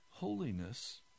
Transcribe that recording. holiness